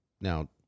Now